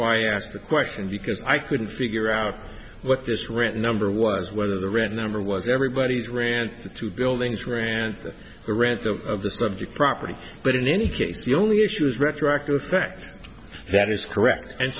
why i asked the question because i couldn't figure out what this rant number was whether the right number was everybody's rant to buildings rant or rant of the subject property but in any case the only issue is retroactive effect that is correct and